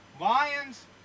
Lions